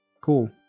Cool